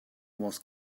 was